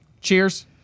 Cheers